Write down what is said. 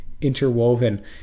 Interwoven